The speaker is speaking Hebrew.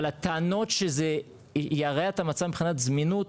אבל הטענות שזה ירע את המצב מבחינת זמינות